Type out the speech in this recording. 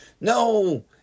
No